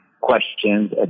questions